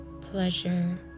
pleasure